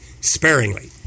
sparingly